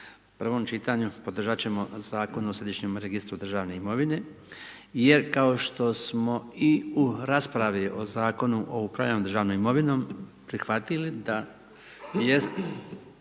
prvom čitanju, podržati ćemo Zakon o središnjem registru državne imovine jer kao što smo i u raspravi o Zakonu o upravljanju državnom imovinom prihvatili da jest